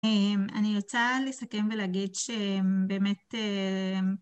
אני רוצה לסכם ולהגיד שבאמת...